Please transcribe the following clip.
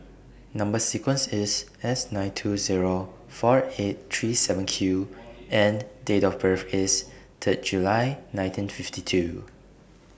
Number sequence IS S nine two Zero four eight three seven Q and Date of birth IS Third July nineteen fifty two